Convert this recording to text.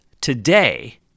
today